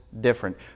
different